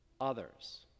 others